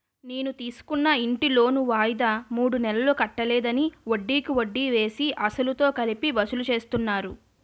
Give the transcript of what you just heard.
నేను తీసుకున్న ఇంటి లోను వాయిదా మూడు నెలలు కట్టలేదని, వడ్డికి వడ్డీ వేసి, అసలుతో కలిపి వసూలు చేస్తున్నారు